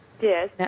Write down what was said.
Yes